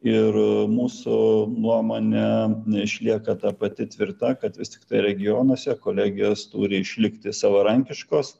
ir mūsų nuomone neišlieka ta pati tvirta kad vis tiktai regionuose kolegijos turi išlikti savarankiškos